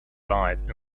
life